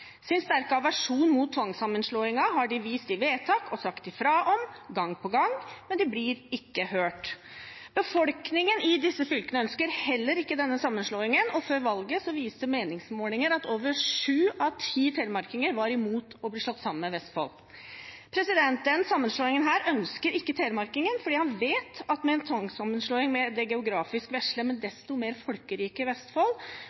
Sin sterke aversjon mot tvangssammenslåingen har de vist i vedtak og sagt ifra om gang på gang, men de blir ikke hørt. Befolkningen i disse fylkene ønsker heller ikke denne sammenslåingen, og før valget viste meningsmålinger at over sju av ti telemarkinger var imot å bli slått sammen med Vestfold. Denne sammenslåingen ønsker ikke telemarkingen fordi han vet at med en tvangssammenslåing med det geografisk vesle, men desto mer folkerike Vestfold